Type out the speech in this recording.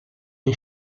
est